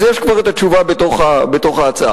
אז יש כבר תשובה בתוך ההצעה.